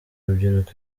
urubyiruko